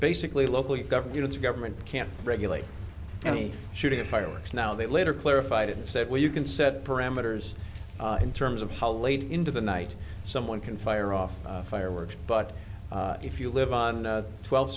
basically local governments government can't regulate any shooting of fireworks now they later clarified it and said well you can set parameters in terms of how late into the night someone can fire off fireworks but if you live on twel